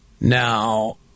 Now